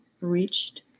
reached